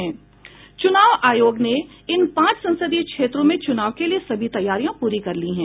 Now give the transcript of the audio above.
चुनाव आयोग ने इन पांच संसदीय क्षेत्रों में चुनाव के लिये सभी तैयारियां पूरी कर ली है